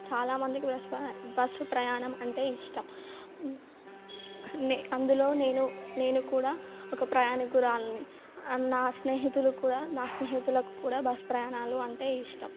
చాలామందికి బస్ పా బస్సు ప్రయాణం అంటే ఇష్టం నే అందులో నేను నేను కూడా ఒక ప్రయాణికురాలిని నా స్నేహితులు కూడా నా స్నేహితులకు కూడా బస్ ప్రయాణాలు అంటే ఇష్టం